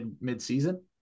mid-season